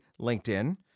LinkedIn